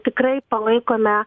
tikrai palaikome